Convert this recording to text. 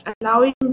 allowing